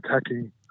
attacking